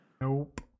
Nope